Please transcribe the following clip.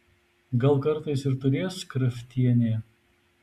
gal kartais ir turės kraftienė